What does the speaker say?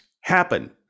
happen